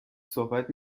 صحبت